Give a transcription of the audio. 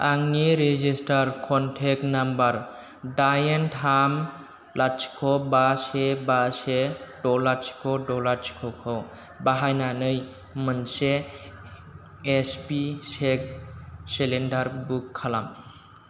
आंनि registered contact number दाइन थाम लाथिख' बा से बा से द' लाथिख' द' लाथिख'खौ बाहायनानै मोनसे एसपि सेक सिलिन्दार बुक खालाम